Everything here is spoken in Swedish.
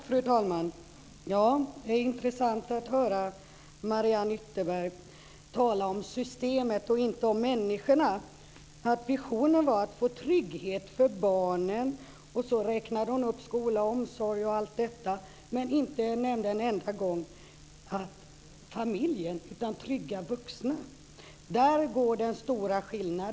Fru talman! Det är intressant att höra Mariann Ytterberg tala om systemet och inte om människorna. Visionen var att få trygghet för barnen. Så räknade hon upp t.ex. skola och omsorg. Hon nämnde inte en enda gång familjen utan talade om trygga vuxna. Där går den stora skiljelinjen.